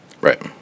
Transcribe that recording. Right